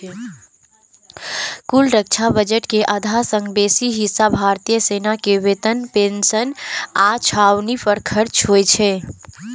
कुल रक्षा बजट के आधा सं बेसी हिस्सा भारतीय सेना के वेतन, पेंशन आ छावनी पर खर्च होइ छै